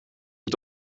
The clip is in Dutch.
het